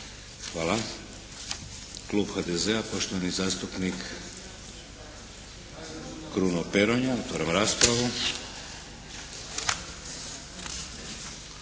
Hvala. Klub HDZ-a, poštovani zastupnik Kruno Peronja. Otvaram raspravu.